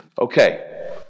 Okay